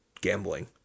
gambling